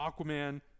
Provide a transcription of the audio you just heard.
Aquaman